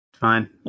Fine